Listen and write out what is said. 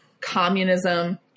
communism